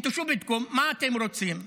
(אומר בערבית ומתרגם) מה אתם רוצים?